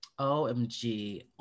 OMG